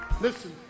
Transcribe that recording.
Listen